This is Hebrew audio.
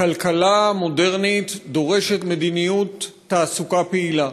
הכלכלה המודרנית דורשת מדיניות תעסוקה פעילה.